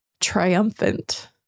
triumphant